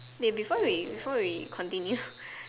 wait before we before we continue